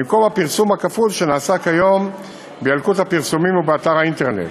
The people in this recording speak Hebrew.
במקום הפרסום הכפול שנעשה כיום בילקוט הפרסומים ובאתר האינטרנט,